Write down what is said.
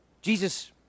Jesus